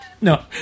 No